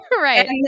Right